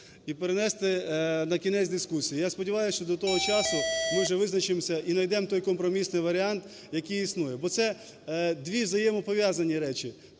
і перенести на кінець дискусії. Я сподіваюсь, що до того часу ми вже визначимося, найдемо той компромісний варіант, який існує, бо це дві взаємопов'язані речі.